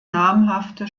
namhafte